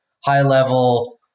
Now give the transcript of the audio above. high-level